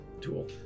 tool